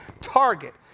target